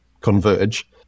converge